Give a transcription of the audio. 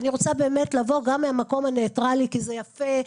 אני רוצה באמת לבוא גם מהמקום הניטרלי, כי זה יפה.